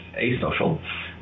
asocial